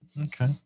Okay